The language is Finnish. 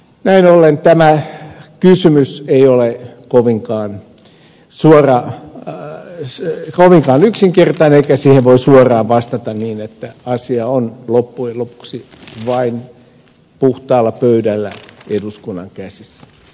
näin ollen tämä kysymys ei ole kovinkaan yksinkertainen eikä siihen voi suoraan vastata niin että asia on loppujen lopuksi vain puhtaalla pöydällä eduskunnan käsissä